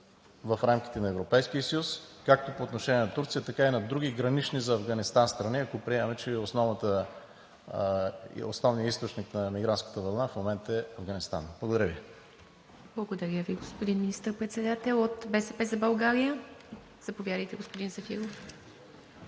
в рамките на Европейския съюз, както по отношение на Турция, така и на други гранични за Афганистан страни, ако приемем, че основният източник на мигрантската вълна в момента е Афганистан. Благодаря Ви. ПРЕДСЕДАТЕЛ ИВА МИТЕВА: Благодаря Ви, господин Министър-председател. От „БСП за България“ – заповядайте, господин Зафиров.